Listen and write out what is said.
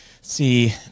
See